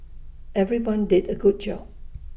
everyone did A good job